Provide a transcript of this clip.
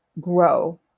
grow